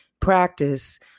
practice